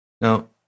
Now